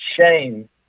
shame